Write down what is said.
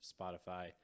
Spotify